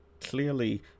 clearly